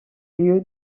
lieu